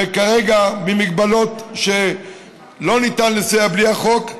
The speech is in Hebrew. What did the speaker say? וכרגע לא ניתן לסייע בלי החוק.